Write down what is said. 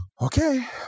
okay